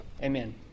Amen